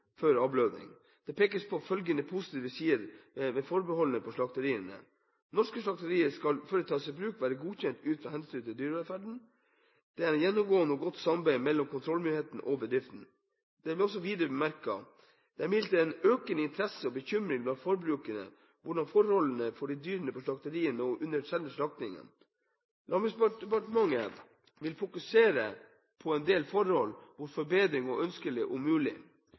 før avblødning. Det pekes på følgende positive sider ved forholdene på slakteriene: – Norske slakterier skal før de tas i bruk, være godkjent ut fra hensynet til dyrevelferden. – Det er gjennomgående et godt samarbeid mellom kontrollmyndighet og bedriften.» Det ble videre bemerket: «Det er imidlertid en økende interesse og bekymring blant forbrukerne om hvordan forholdene er for dyrene på slakteriet og under selve slaktingen. Landbruksdepartementet vil fokusere på en del forhold hvor forbedring er ønskelig